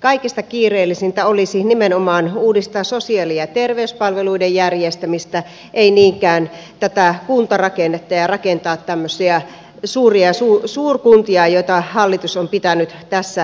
kaikista kiireellisintä olisi nimenomaan uudistaa sosiaali ja terveyspalveluiden järjestämistä ei niinkään tätä kuntarakennetta ja rakentaa tämmöisiä suurkuntia joita hallitus on pitänyt tässä esillä